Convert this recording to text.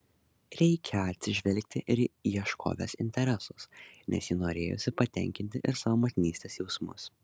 reikią atsižvelgti ir į ieškovės interesus nes ji norėjusi patenkinti ir savo motinystės jausmus